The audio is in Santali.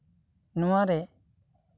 ᱱᱚᱣᱟᱨᱮ